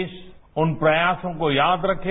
देश इन प्रयासों को याद रखे